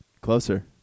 Closer